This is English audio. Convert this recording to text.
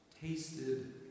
tasted